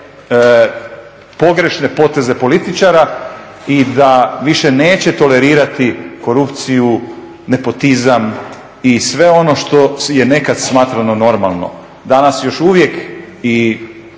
pogrešne poteze političara i da više neće tolerirati korupciju, nepotizam i sve ono što je nekada smatramo normalno. Danas još uvijek i